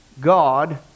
God